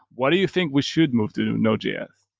why do you think we should move to node js?